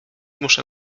muszę